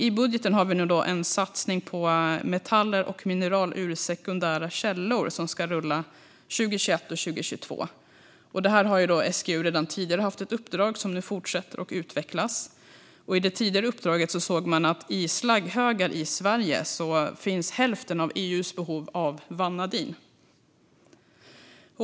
I budgeten finns en satsning på metaller och mineral ur sekundära källor som ska rulla 2021 och 2022. Där har SGU sedan tidigare haft ett uppdrag, som nu ska fortsätta att utvecklas. I det tidigare uppdraget framgick att i slagghögar i Sverige finns hälften av EU:s behov av vanadin.